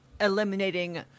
eliminating